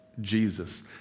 Jesus